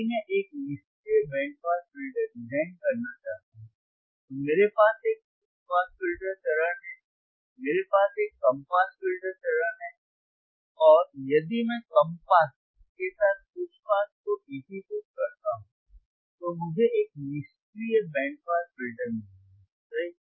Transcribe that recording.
यदि मैं एक निष्क्रिय बैंड पास फिल्टर डिजाइन करना चाहता हूं तो मेरे पास एक उच्च पास फिल्टर चरण है मेरे पास एक कम पास फिल्टर चरण है और यदि मैं कम पास के साथ उच्च पास को एकीकृत करता हूं तो मुझे एक निष्क्रिय बैंड पास फिल्टर मिलेगा सही